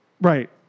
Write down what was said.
Right